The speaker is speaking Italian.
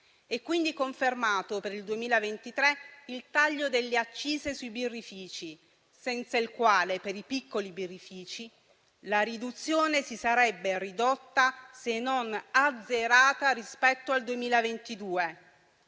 È quindi confermato per il 2023 il taglio delle accise sui birrifici, senza il quale per i piccoli birrifici la riduzione si sarebbe ridotta se non azzerata rispetto al 2022.